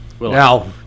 now